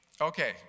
Okay